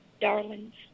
darlings